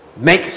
make